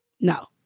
No